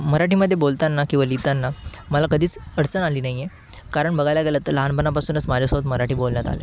मराठीमध्ये बोलताना किंवा लिहिताना मला कधीच अडचण आली नाही आहे कारण बघायला गेलं तर लहानपणापासूनच माझ्यासोबत मराठी बोलण्यात आलं आहे